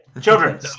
Children